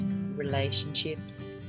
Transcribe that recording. relationships